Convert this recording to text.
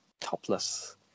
topless